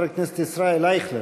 ואחריו, חבר הכנסת ישראל אייכלר.